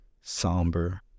somber